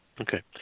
okay